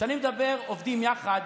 כשאני אומר "עובדים יחד",